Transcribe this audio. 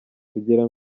kugira